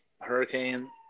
Hurricane